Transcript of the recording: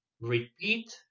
repeat